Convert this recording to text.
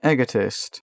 Egotist